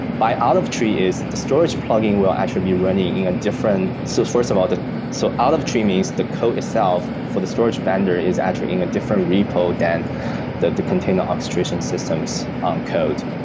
by out of tree is the storage plugin will actually be running in a different so first of all, so out of tree means the co itself for the storage vendor is actually in a different repo than the the container orchestration system's um code.